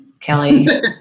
Kelly